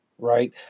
right